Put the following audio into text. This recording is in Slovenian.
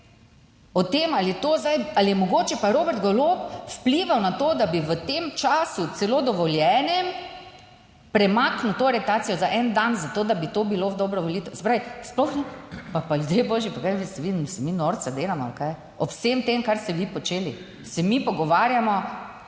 ali je mogoče pa Robert Golob vplival na to, da bi v tem času celo dovoljenem, premaknil to aretacijo za en dan, zato, da bi to bilo v dobro volitev. Se pravi, sploh, pa ljudje božji, / nerazumljivo/ mi norca delamo ali kaj, ob vsem tem, kar ste vi počeli, se mi pogovarjamo